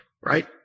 right